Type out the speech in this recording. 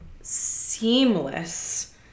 seamless